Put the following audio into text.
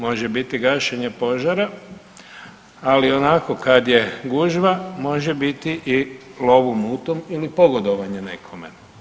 Može biti gašenje požara, ali onako kad je gužva može biti i lov u mutnom ili pogodovanje nekome.